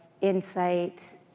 insight